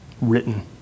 written